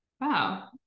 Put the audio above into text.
Wow